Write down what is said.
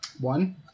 One